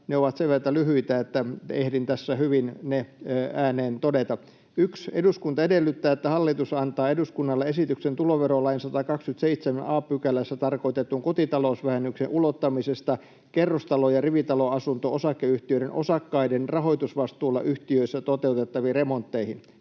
Ne ovat sen verta lyhyitä, että ehdin tässä hyvin ne ääneen todeta: ”1. Eduskunta edellyttää, että hallitus antaa eduskunnalle esityksen tuloverolain 127 a §:ssä tarkoitetun kotitalousvähennyksen ulottamisesta kerrostalo- ja rivitaloasunto-osakeyhtiöiden osakkaiden rahoitusvastuulla yhtiöissä toteutettaviin remontteihin.